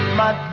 my